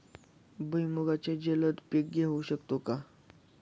भुईमुगाचे जलद पीक घेऊ शकतो का?